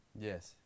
Yes